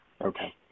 Okay